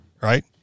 right